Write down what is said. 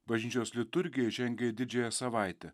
bažnyčios liturgija žengia į didžiąją savaitę